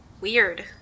weird